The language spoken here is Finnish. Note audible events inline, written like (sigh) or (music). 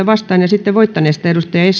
(unintelligible) vastaan ja sitten voittaneesta